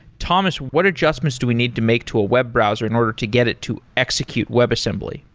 thomas, what adjustments do we need to make to a web browser in order to get it to execute webassembly?